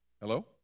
Hello